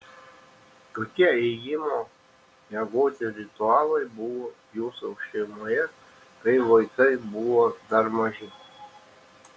kokie ėjimo miegoti ritualai buvo jūsų šeimoje kai vaikai buvo dar maži